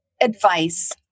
advice